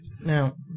Now